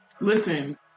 Listen